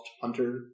punter